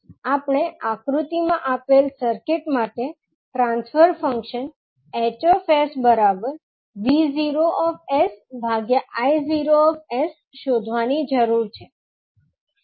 આપણે આકૃતિમાં આપેલ સર્કિટ માટે ટ્રાન્સફર ફંક્શન H𝑠 𝑉𝑜𝑠𝐼𝑜𝑠 શોધવાની જરૂર છે